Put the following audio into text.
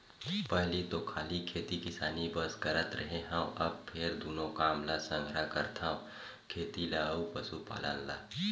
पहिली तो खाली खेती किसानी बस करत रेहे हँव, अब फेर दूनो काम ल संघरा करथव खेती ल अउ पसुपालन ल